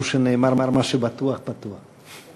הוא שנאמר: מה שבטוח, בטוח.